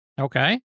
Okay